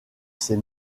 ses